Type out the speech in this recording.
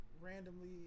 randomly